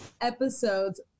episodes